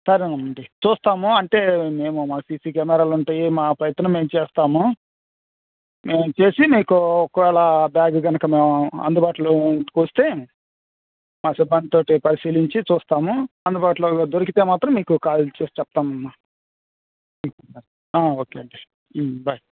సరేనండి చూస్తాము అంటే మేము మా సీసీ కెమెరాలుంటయి మా ప్రయత్నం మేము చేస్తాము మేము చేసి నీకు ఒకవేళ బ్యాగు గనుక మేం అందుబాటులోకొస్తే మా సిబ్బంది తోటి పరిశీలించి చూస్తాము అందుబాటులో దొరికితే మాత్రం మీకు కాల్ చేసి చెప్తావమ్మా ఓకే అండి బాయ్